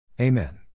Amen